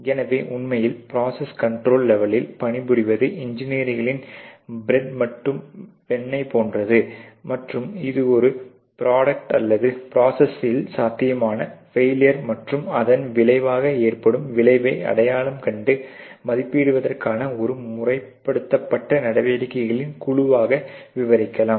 எனவே உண்மையில் process control லெவலில் பணிபுரிவது இன்ஜினியர்களின் ரொட்டி மற்றும் வெண்ணை போன்றது மற்றும் இது ஒரு ப்ரோடக்ட் அல்லது பிராசஸிங் சாத்தியமான ஃபெயிலியர் மற்றும் அதன் விளைவாக ஏற்படும் விளைவை அடையாளம் கண்டு மதிப்பிடுவதற்கான ஒரு முறைப்படுத்தப்பட்ட நடவடிக்கைகளின் குழுவாக விரிவாக்கலாம்